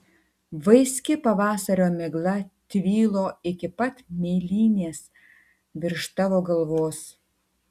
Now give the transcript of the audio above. vaiski pavasario migla tvylo iki pat mėlynės virš tavo galvos